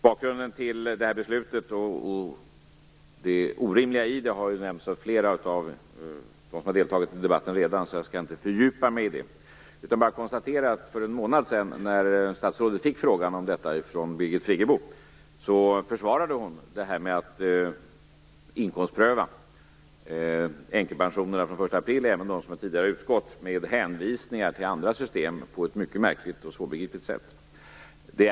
Bakgrunden till det orimliga beslutet har nämnts av flera av dem som redan har deltagit i debatten. Jag skall inte fördjupa mig i det. Jag konstaterar att när statsrådet för en månad sedan fick en fråga från Birgit Friggebo, försvarade statsrådet inkomstprövningen av änkepensionen från den 1 april - även de som tidigare har upphört - med hänvisningen till andra system på ett mycket märkligt och svårbegripligt sätt.